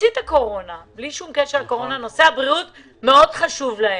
מאוד חשוב להם,